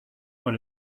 when